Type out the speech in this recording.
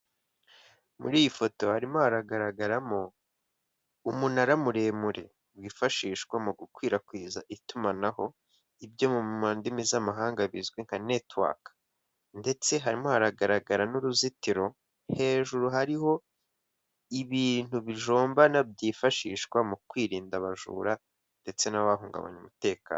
Muri iyi foto harimo haragaragaramo umunara muremure wifashishwa mu gukwirakwiza itumanaho ibyo mu ndimi z'amahanga bizwi nka network, ndetse harimo haragaragara n'uruzitiro hejuru hariho ibintu bijombana byifashishwa mu kwirinda abajura ndetse n'abahungabanya umutekano.